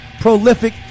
prolific